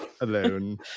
alone